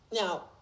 Now